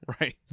Right